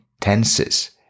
Tenses